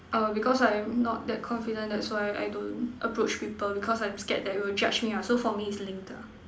err because I'm not that confident that's why I don't approach people because I'm scared that will judged me lah so for me it's linked ah